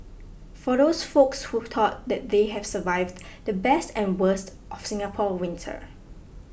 for those folks who thought that they have survived the best and the worst of Singapore winter